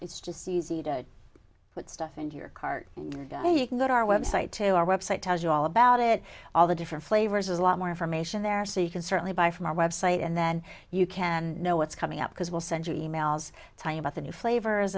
it's just so easy to put stuff in your cart and you can go to our website to our website tells you all about it all the different flavors a lot more information there so you can certainly buy from our website and then you can know what's coming up because we'll send you e mails talking about the new flavors